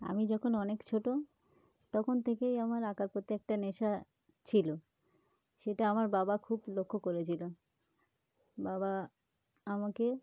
আমি যখন অনেক ছোট তখন থেকেই আমার আঁকার প্রতি একটা নেশা ছিল সেটা আমার বাবা খুব লক্ষ্য করেছিল বাবা আমাকে